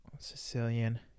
Sicilian